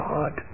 God